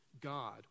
God